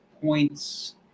points